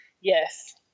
yes